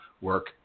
work